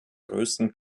größten